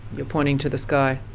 you're pointing to the sky.